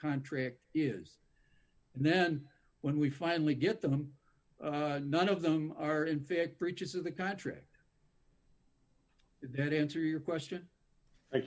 contract is and then when we finally get them none of them are in fact breaches of the contract then answer your question i